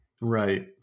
Right